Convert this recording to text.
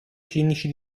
clinici